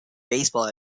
baseball